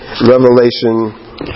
Revelation